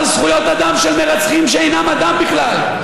אבל זכויות אדם של מרצחים שאינם אדם בכלל,